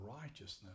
righteousness